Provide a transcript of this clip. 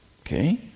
okay